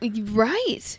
Right